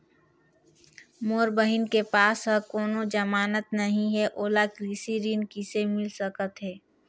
मोर बहिन के पास ह कोनो जमानत नहीं हे, ओला कृषि ऋण किसे मिल सकत हे?